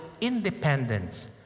independence